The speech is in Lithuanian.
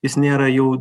jis nėra jau